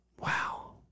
Wow